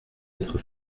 être